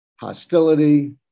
hostility